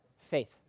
faith